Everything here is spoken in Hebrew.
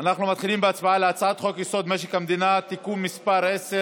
אנחנו מתחילים בהצבעה על הצעת חוק-יסוד: משק המדינה (תיקון מס' 10